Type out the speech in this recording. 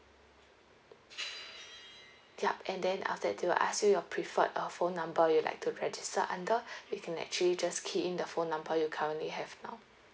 yup and then after that they will ask you your preferred uh phone number you'd like to register under you can actually just key in the phone number you currently have now